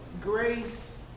grace